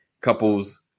couples